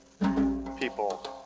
people